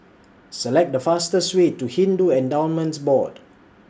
Select The fastest Way to Hindu Endowments Board